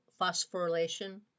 phosphorylation